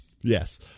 Yes